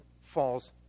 falls